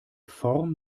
form